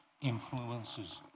influences